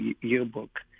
yearbook